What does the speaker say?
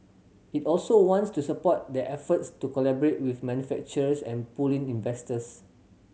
it also wants to support their efforts to collaborate with manufacturers and pull in investors